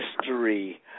history